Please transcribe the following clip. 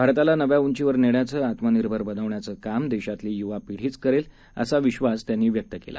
भारताला नव्या उंचीवर नेण्याचं आत्मनिर्भर बनवण्याचं काम देशातली यूवा पिढीच करेल असा विद्वास त्यांनी व्यक्त केला